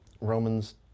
Romans